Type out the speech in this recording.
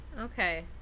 Okay